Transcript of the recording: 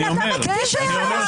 איך אתה מסוגל להוציא את זה מהפה?